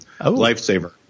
lifesaver